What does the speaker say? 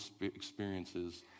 experiences